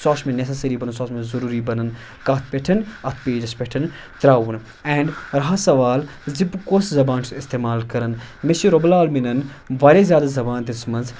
سُہ ہَسا چُھ مےٚ نٮ۪سَسٔری بَنان سُہ ہَسا چُھ مےٚ ضٔروٗری بَنَان کَتھ پٮ۪ٹھ اَتھ پیجَس پٮ۪ٹھن ترٛاوُن اینڈ رہا سوال زِ بہٕ کۄس زبان چھُس استعمال کَرَن مےٚ چھِ رۄبُ العالمیٖنَن واریاہ زیادٕ زبانہٕ دِژ مَژ